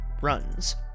runs